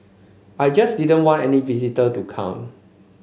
I just didn't want any visitor to come